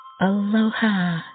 Aloha